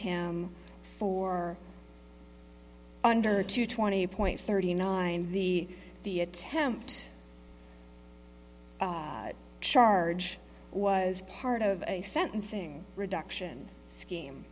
him for under two twenty point thirty nine the the attempt charge was part of a sentencing reduction scheme